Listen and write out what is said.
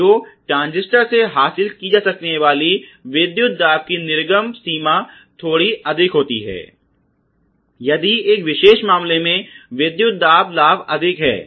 तो ट्रांजिस्टर से हासिल की जा सकने वाली विद्युत दाब की निर्गम सीमा थोड़ी अधिक होती है यदि इस विशेष मामले में विद्युत दाब लाभ अधिक है